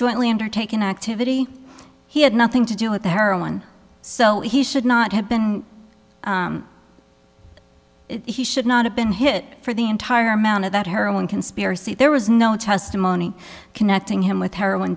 jointly undertaken activity he had nothing to do with heroin so he should not have been he should not have been hit for the entire amount of that her own conspiracy there was no testimony connecting him with heroin